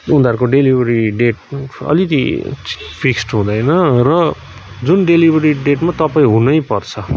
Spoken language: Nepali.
उनीहरूको डेलिभरी डेट अलिकति फिक्स्ड हुँदैन र जुन डेलिभरी डेटमा तपाईँ हुनैपर्छ